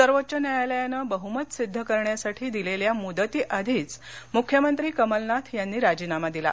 सर्वोच्च न्यायालयानं बह्मत सिद्ध करण्यासाठी दिलेल्या मुदतीआधीच मुख्यमंत्री कमलनाथ यांनी राजीनामा दिला